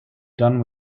done